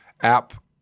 app